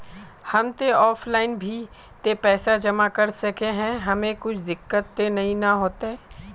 हम ते ऑफलाइन भी ते पैसा जमा कर सके है ऐमे कुछ दिक्कत ते नय न होते?